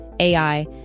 AI